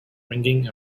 ringing